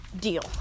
deal